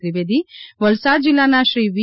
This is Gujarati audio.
ત્રિવેદી વલસાડ જિલ્લાના શ્રી વી